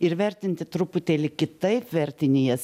ir vertinti truputėlį kitaip vertini jas